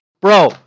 Bro